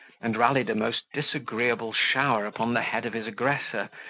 and rallied a most disagreeable shower upon the head of his aggressor,